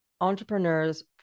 entrepreneurs